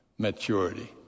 Maturity